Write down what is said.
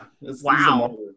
Wow